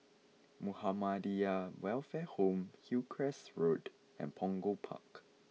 Muhammadiyah Welfare Home Hillcrest Road and Punggol Park